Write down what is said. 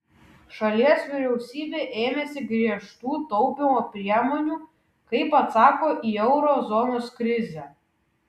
šalies vyriausybė ėmėsi griežtų taupymo priemonių kaip atsako į euro zonos krizę